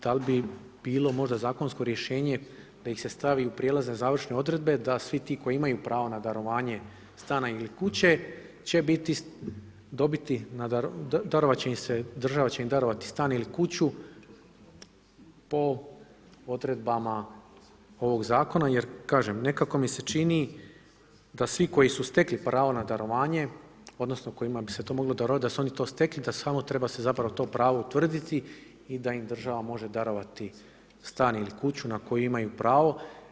Da li bi bilo možda zakonsko rješenje da ih se stavi u prijelazne i završne odredbe da svi ti koji imaju pravo na darovanje stana ili kuće će dobiti, država će im darovati stan ili kuću po odredbama ovoga zakona, jer kažem nekako mi se čini da svi koji su stekli pravo na darovanje odnosno kojima bi se to moglo darovati da su oni to stekli da samo se zapravo to pravo utvrditi i da im država može darovati stan ili kuću na koju imaju pravo.